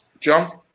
John